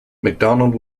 macdonald